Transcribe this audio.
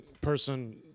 person